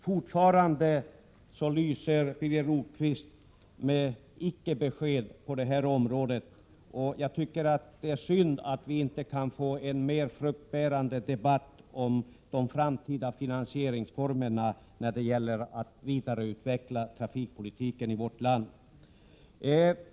Fortfarande lyser Birger Rosqvist med frånvaron av besked på detta område, och jag tycker det är synd att vi inte kan få en mer fruktbärande debatt om de framtida finansieringsformerna när det gäller att vidareutveckla trafikpolitiken i vårt land.